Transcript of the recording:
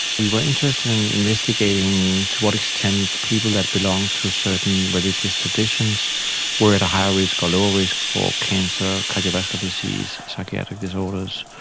we were interested in investigating to what extent people that belonged to certain religious traditions were at a higher risk or lower risk for cancer, cardiovascular disease, psychiatric disorders,